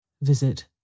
Visit